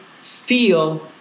feel